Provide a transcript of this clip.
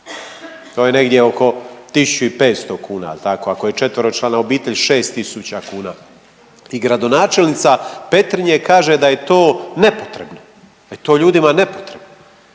To je negdje oko 1500 kuna. Jel' tako? Ako je četveročlana obitelj 6000 kuna. I gradonačelnica Petrinje kaže da je to nepotrebno, da je to ljudima nepotrebno.